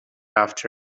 after